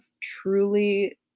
truly